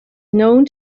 known